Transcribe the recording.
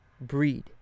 breed